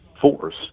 force